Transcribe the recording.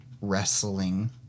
wrestling